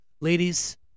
Ladies